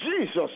Jesus